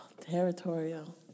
Territorial